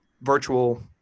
virtual